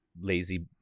lazy